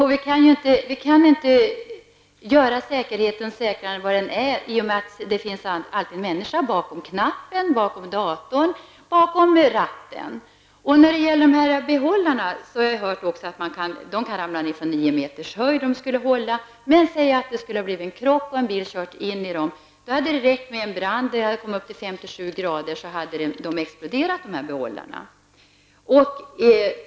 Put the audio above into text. Det går inte att göra säkerheten säkrare, eftersom det alltid finns en människa bakom knappen, bakom datorn eller bakom ratten. När det gäller dessa behållare har jag också hört att de kan ramla ner från nio meters höjd, de skulle hålla för detta. Men tänk om det hade blivit en krock och en bil hade kört in i den. Då hade det räckt med en brand där temperaturen hade stigit upp till 57 grader för att de skulle explodera.